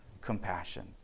compassion